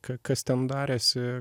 ka kas ten darėsi